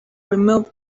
remove